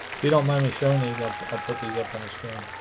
if you don't mind me showing these up i'll put these up on the screen